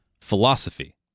philosophy